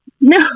no